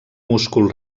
múscul